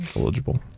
eligible